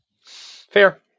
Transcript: Fair